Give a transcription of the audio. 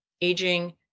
Aging